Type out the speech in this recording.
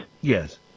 Yes